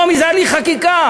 טרומית זה הליך חקיקה.